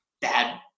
bad